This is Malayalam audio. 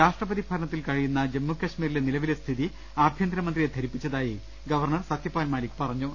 രാഷ്ട്രപതി ഭരണ ത്തിൽ കഴിയുന്നു ജമ്മു കശ്മീരിലെ നിലവിലെ സ്ഥിതി ആഭ്യ ന്തരമന്ത്രിയെ ധരിപ്പിച്ചതായി ഗവർണർ സത്യപാൽ മാലിക് പറ ഞ്ഞു